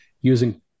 using